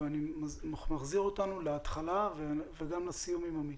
אני מחזיר אותנו להתחלה וגם לסיום עם עמית.